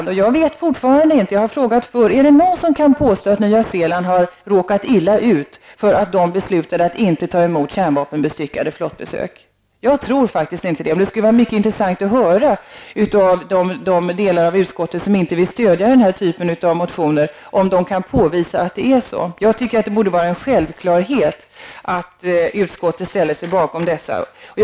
Jag har frågat förr, men vet fortfarande inte hur det förhåller sig: Är det någon som kan påstå att Nya Zeeland har råkat illa ut för att man där beslutat att inte ta emot kärnvapenbestyckade flottbesök? Jag tror faktiskt inte det. Men det skulle vara intressant att höra från de delar av utskottet som inte vill stödja den här typen av motioner om man kan påvisa att det är så. Jag tycker att det borde vara en självklarhet att utskottet ställer sig bakom dessa motioner.